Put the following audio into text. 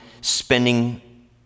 spending